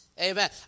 Amen